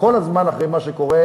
כל הזמן אחרי מה שקורה.